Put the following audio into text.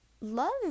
love